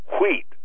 wheat